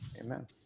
Amen